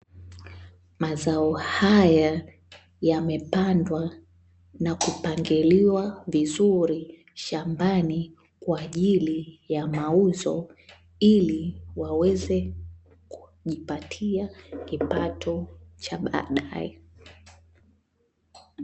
Mazao haya yamepandwa na kupangiliwa vizuri shambani kwa ajili ya mauzo ili waweze kujipatia kipato cha baadae.